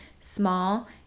small